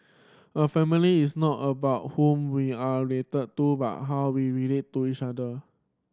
a family is not about whom we are related to but how we relate to each other